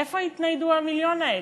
איפה יתניידו המיליון האלה?